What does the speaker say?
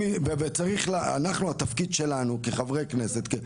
אנחנו התפקיד שלנו כחברי כנסת,